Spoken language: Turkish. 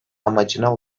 amacına